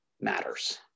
matters